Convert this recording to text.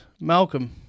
Malcolm